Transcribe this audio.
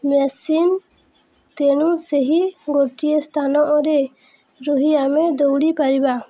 machine ତେଣୁ ସେହି ଗୋଟିଏ ସ୍ଥାନରେ ରହି ଆମେ ଦୌଡ଼ି ପାରିବା